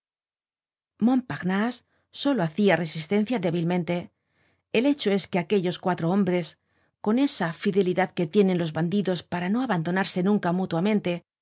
montparnase solo hacia resistencia débilmente el hecho es que aquellos cuatro hombres con esa fidelidad que tienen los bandidos para no abandonarse nunca mutuamente